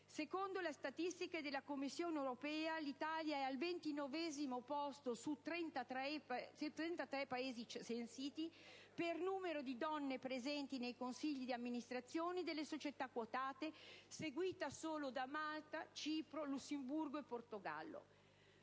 Secondo le statistiche della Commissione europea, l'Italia è al ventinovesimo posto, su trentatré Paesi censiti, per numero di donne presenti nei consigli d'amministrazione delle società quotate in Borsa, seguita solo da Malta, Cipro, Lussemburgo e Portogallo.